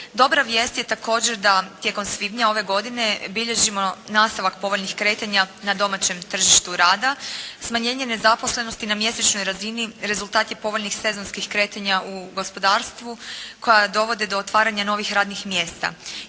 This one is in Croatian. Dobra vijest je također da tijekom svibnja ove godine bilježimo nastavak povoljnih kretanja na domaćem tržištu rada. Smanjenje nezaposlenosti na mjesečnoj razini rezultat je povoljnih sezonskih kretanja u gospodarstvu koja dovodi do otvaranja novih radnih mjesta.